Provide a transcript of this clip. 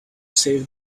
save